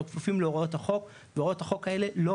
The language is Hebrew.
אנחנו כפופים להוראות החוק וההוראות החוק האלה לא